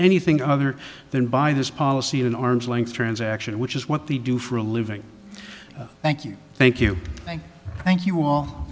anything other than by this policy an arm's length transaction which is what they do for a living thank you thank you thank thank you all